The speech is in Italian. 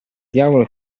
diavolo